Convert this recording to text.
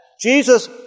Jesus